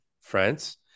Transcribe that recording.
France